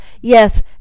Yes